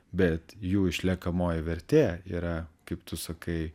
bet jų išliekamoji vertė yra kaip tu sakai